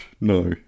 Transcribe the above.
no